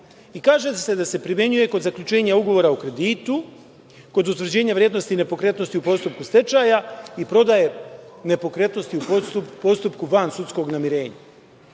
i kaže se da se primenjuje kod zaključenja ugovora o kreditu, kod utvrđenja vrednosti nepokretnosti u postupku stečaja i prodaje nepokretnosti u postupku van sudskog namirenja. Drage